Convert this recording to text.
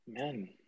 Amen